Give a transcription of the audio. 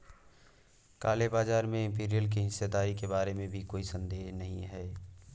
काले बाजार में इंपीरियल की हिस्सेदारी के बारे में भी कोई संदेह नहीं है